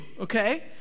okay